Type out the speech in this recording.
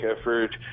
effort